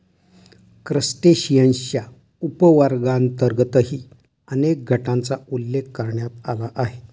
क्रस्टेशियन्सच्या उपवर्गांतर्गतही अनेक गटांचा उल्लेख करण्यात आला आहे